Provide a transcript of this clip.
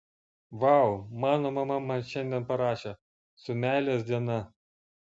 vau mano mama man šiandien parašė su meilės diena